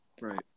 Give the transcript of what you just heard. Right